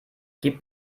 gib